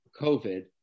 COVID